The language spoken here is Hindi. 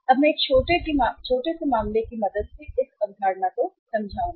अब मैं एक छोटे से मामले की मदद से इस अवधारणा को समझाऊंगा